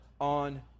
on